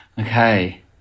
Okay